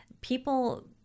people